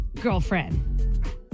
girlfriend